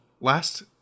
last